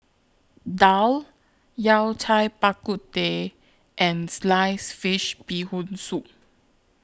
Daal Yao Cai Bak Kut Teh and Sliced Fish Bee Hoon Soup